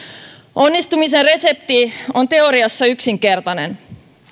onnistumisen resepti on teoriassa yksinkertainen